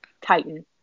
Titan